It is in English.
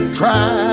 try